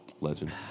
legend